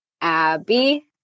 Abby